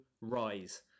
rise